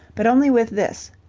but only with this,